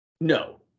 No